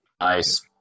Nice